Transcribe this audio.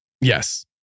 Yes